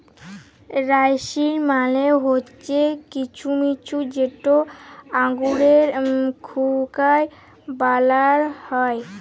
রাইসিল মালে হছে কিছমিছ যেট আঙুরকে শুঁকায় বালাল হ্যয়